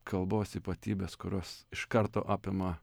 kalbos ypatybės kurios iš karto apima